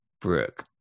Brooke